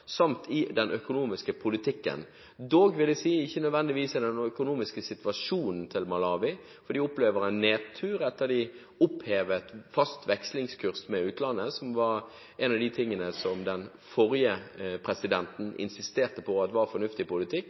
samt i den økonomiske politikken. Dog vil jeg si ikke nødvendigvis gjennom den økonomiske situasjonen til Malawi, for de opplever en nedtur etter at de opphevet fast vekslingskurs med utlandet, som var en av de tingene som den forrige presidenten insisterte på at var fornuftig politikk.